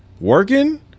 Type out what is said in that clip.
working